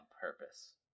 purpose